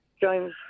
James